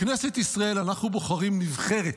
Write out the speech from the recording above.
בכנסת ישראל אנחנו בוחרים נבחרת,